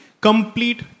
complete